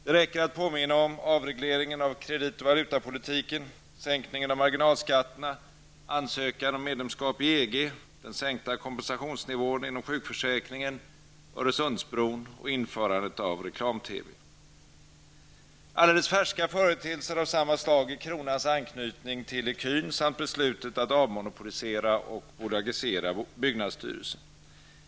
Det räcker att påminna om avregleringen av kredit och valutapolitiken, sänkningen av marginalskatterna, ansökan om medlemskap i EG, den sänkta kompensationsnivån inom sjukförsäkringen, Alldeles färska företeelser av samma slag är kronans anknytning till ecun samt beslutet att avmonoplisera och bolagisera byggnadsstyrelsen.